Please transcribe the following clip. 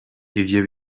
ivyo